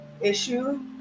issue